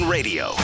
Radio